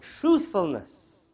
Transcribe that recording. truthfulness